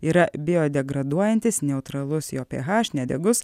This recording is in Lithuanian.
yra biodegraduojantis neutralus jo ph nedegus